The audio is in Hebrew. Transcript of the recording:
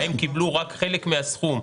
הם קיבלו רק חלק מהסכום.